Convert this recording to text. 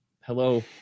hello